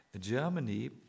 Germany